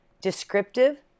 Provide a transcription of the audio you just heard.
descriptive